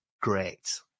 great